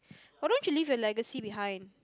why don't you live your legacy behind